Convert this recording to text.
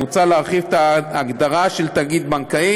מוצע להרחיב את ההגדרה של תאגיד בנקאי